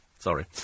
Sorry